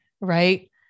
right